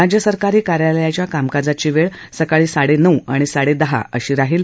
राज्य सरकारी कार्यालयाच्या कामकाजाची वेळ सकाळी साडे नऊ आणि साडे दहा अशी राहिल